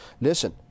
Listen